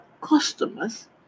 customers